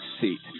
seat